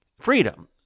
freedom